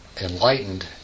enlightened